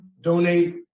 donate